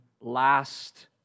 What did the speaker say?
Last